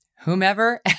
whomever